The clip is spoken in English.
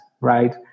right